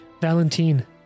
Valentine